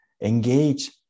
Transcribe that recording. engage